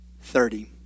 thirty